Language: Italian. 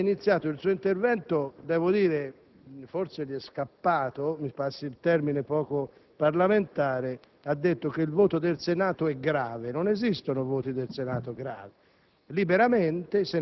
In Italia, da questo punto di vista, il costo ricade sul proprietario della casa, ricade sull'affittuario quando paga l'affitto o ricade sulla mano pubblica?